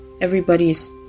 everybody's